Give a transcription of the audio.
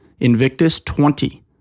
INVICTUS20